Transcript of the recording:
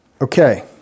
Okay